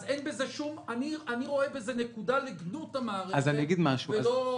אז אני רואה בזה נקודה לגנות המערכת ולא לטובת המערכת.